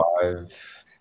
five